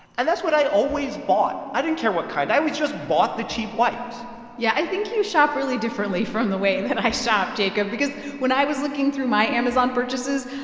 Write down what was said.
and that's what i always bought. i didn't care what kind. i always just bought the cheap wipes yeah, i think you shop really differently from the way that i shop, jacob, because when i was looking through my amazon purchases,